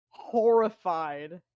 Horrified